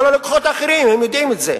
לכל הלקוחות האחרים, הם יודעים את זה.